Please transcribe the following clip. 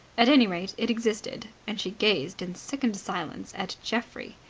at any rate, it existed, and she gazed in sickened silence at geoffrey.